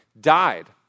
died